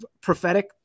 prophetic